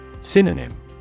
Synonym